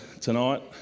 tonight